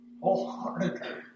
wholeheartedly